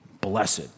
blessed